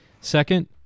Second